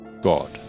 God